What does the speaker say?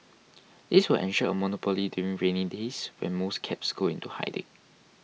this will ensure a monopoly during rainy days when most cabs go into hiding